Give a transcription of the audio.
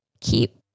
keep